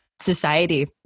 society